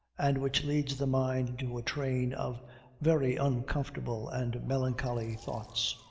and which leads the mind into a train of very uncomfortable and melancholy thoughts.